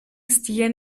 stilen